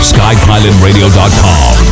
SkyPilotRadio.com